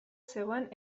zegoen